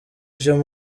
vyo